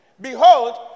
behold